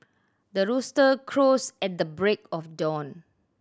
the rooster crows at the break of dawn